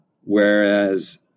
Whereas